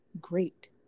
great